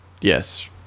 Yes